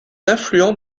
affluent